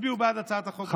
ותצביעו בעד הצעת החוק הזו.